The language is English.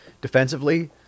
Defensively